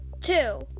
Two